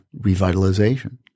revitalization